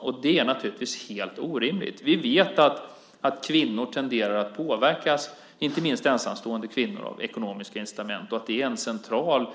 Och det är naturligtvis helt orimligt. Vi vet att kvinnor tenderar att påverkas, inte minst ensamstående kvinnor, av ekonomiska incitament och att det är en central